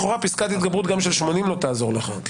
לכאורה פסקת התגברות גם של 80 לא תעזור לך כי